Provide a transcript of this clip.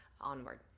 onward